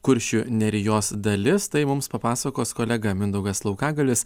kuršių nerijos dalis tai mums papasakos kolega mindaugas laukagalis